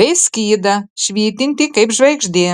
bei skydą švytintį kaip žvaigždė